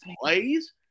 plays